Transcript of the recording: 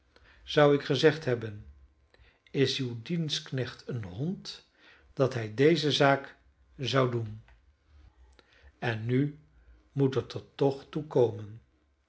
zou ik gezegd hebben is uw dienstknecht een hond dat hij deze zaak zou doen en nu moet het er toch